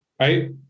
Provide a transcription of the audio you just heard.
right